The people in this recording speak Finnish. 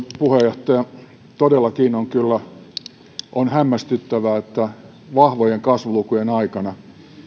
puheenjohtaja todellakin on kyllä hämmästyttävää että vahvojen kasvulukujen aikana